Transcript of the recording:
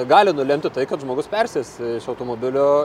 gali nulemti tai kad žmogus persės iš automobilio